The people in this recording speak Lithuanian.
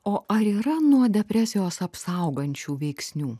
o ar yra nuo depresijos apsaugančių veiksnių